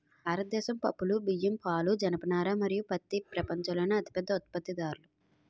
భారతదేశం పప్పులు, బియ్యం, పాలు, జనపనార మరియు పత్తి ప్రపంచంలోనే అతిపెద్ద ఉత్పత్తిదారులు